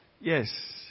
Yes